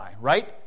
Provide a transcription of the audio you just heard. right